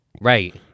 Right